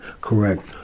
correct